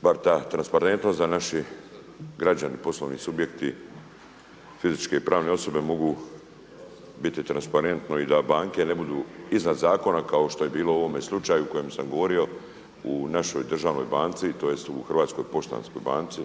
bar ta transparentnost, da naši građani, poslovni subjekti, fizičke i pravne osobe mogu biti transparentno i da banke ne budu iznad zakona kao što je bilo u ovome slučaju o kojem sam govorio u našoj državnoj banci, tj. u Hrvatskoj poštanskoj banci.